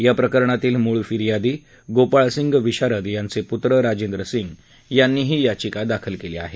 याप्रकरणातील मूळ फिर्यादी गोपाळसिंग विशारद यांचे पूत्र राजेंद्र सिंग यांनी ही याचिका दाखल केली आहे